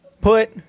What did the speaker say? put